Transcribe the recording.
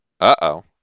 uh-oh